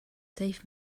save